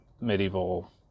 medieval